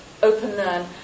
OpenLearn